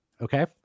okay